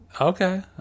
Okay